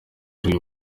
ari